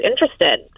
interested